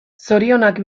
zorionak